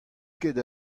ket